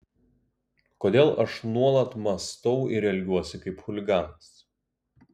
kodėl aš nuolat mąstau ir elgiuosi kaip chuliganas